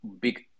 big